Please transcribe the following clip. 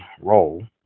role